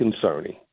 concerning